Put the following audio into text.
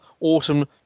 autumn